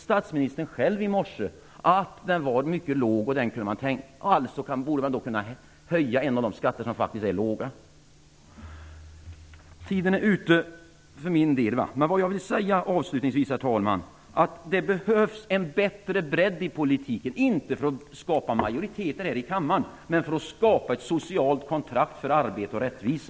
Statsministern sade ju själv i morse att bolagsskatten är mycket låg. Alltså borde man kunna höja en av de skatter som faktiskt är låga. Min taletid är nu slut. Men vad jag avslutningsvis vill säga, herr talman, är att det behövs en bättre bredd i politiken, inte för att skapa majoriteter här i kammaren men för att skapa ett socialt kontrakt för arbete och rättvisa.